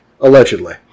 allegedly